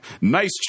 Nice